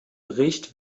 bericht